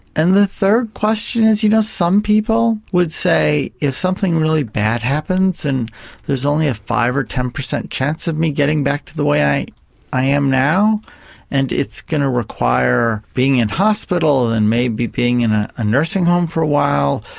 and the third question is, you know, some people would say if something really bad happens and there is only a five percent or ten percent chance of me getting back to the way i i am now and it's going to require being in hospital and maybe being in ah a nursing home for a while,